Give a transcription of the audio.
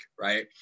right